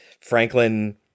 Franklin